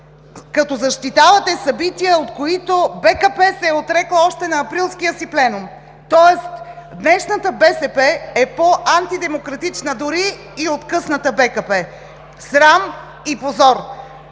като защитавате събития, от които БКП се е отрекла още на Априлския си пленум, тоест днешната БСП е по-антидемократична дори и от късната БКП. Срам и позор!